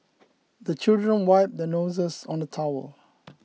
the children wipe their noses on the towel